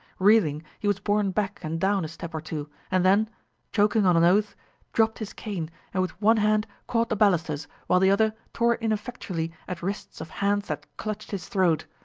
reeling, he was borne back and down a step or two, and then choking on an oath dropped his cane and with one hand caught the balusters, while the other tore ineffectually at wrists of hands that clutched his throat.